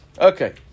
Okay